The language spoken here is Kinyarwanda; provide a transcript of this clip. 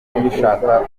ubishaka